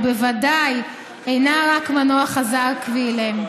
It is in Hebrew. ובוודאי אינה רק מנוע חזק ואילם.